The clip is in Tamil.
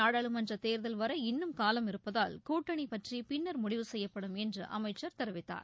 நாடாளுமன்ற தேர்தல் வர இன்னும் காலம் இருப்பதால் கூட்டணி பற்றி பின்னர் முடிவு செய்யப்படும் என்று அமைச்சர் தெரிவித்தார்